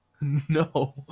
no